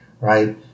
right